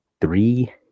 three